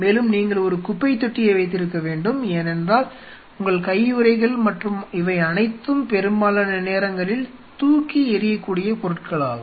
மேலும் நீங்கள் ஒரு குப்பைத் தொட்டியை வைத்திருக்க வேண்டும் ஏனென்றால் உங்கள் கையுறைகள் மற்றும் இவை அனைத்தும் பெரும்பாலான நேரங்களில் தூக்கி எறியக்கூடிய பொருட்களாகும்